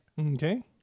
Okay